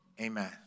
Amen